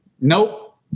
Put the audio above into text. nope